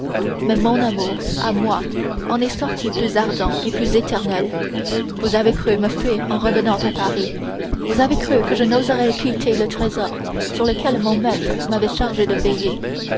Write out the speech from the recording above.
mais mon amour à moi en est sorti plus ardent et plus éternel vous avez cru me fuir en revenant à paris vous avez cru que je n'oserais quitter le trésor sur lequel mon maître m'avait chargé de veiller